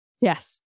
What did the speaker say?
Yes